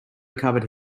covered